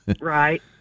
Right